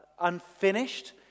unfinished